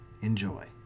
Enjoy